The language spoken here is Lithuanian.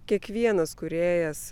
kiekvienas kūrėjas